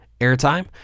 airtime